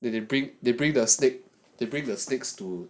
did they bring they bring the snake they bring the snakes too